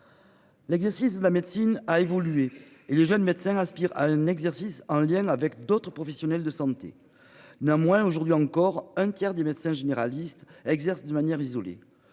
L'exercice de la médecine a évolué et les jeunes médecins aspirent à un exercice en lien avec d'autres professionnels de santé. Néanmoins aujourd'hui encore un tiers des médecins généralistes exercent de manière isolée.